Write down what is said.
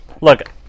look